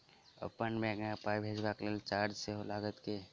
अप्पन बैंक मे पाई भेजबाक लेल चार्ज सेहो लागत की?